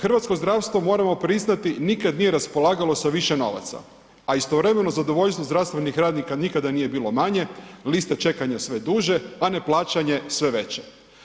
Hrvatsko zdravstvo, moramo priznati, nikad nije raspolagalo sa više novaca, a istovremeno zadovoljstvo zdravstvenih radnika nikada nije bilo manje, liste čekanja sve duže, a neplaćanje sve veće.